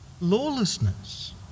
Lawlessness